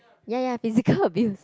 ya ya physical abuse